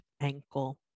ankle